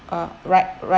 uh ride ride